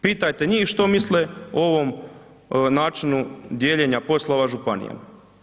Pitajte njih što misle o ovom načinu dijeljenja poslova županijama.